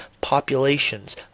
populations